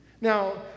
Now